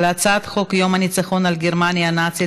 על הצעת חוק יום הניצחון על גרמניה הנאצית,